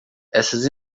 essas